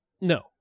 No